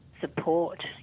support